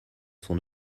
son